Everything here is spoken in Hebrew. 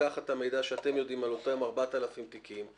לקחת את המידע שאתם יודעים על אותם 4,000 תיקים.